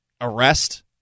arrest